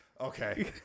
Okay